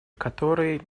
которые